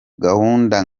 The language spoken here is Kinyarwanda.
gahunda